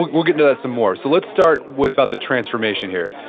we'll get into that some more. so let's start with about the transformation here.